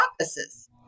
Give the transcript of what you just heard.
offices